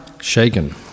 Shaken